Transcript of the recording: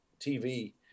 TV